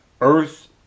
Earth